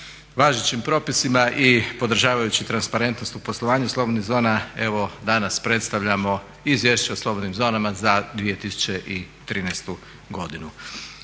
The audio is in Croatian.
važećim propisima i podržavajući transparentnost u poslovanju slobodnih zona evo danas predstavljamo Izvješće o slobodnim zonama za 2013. godinu.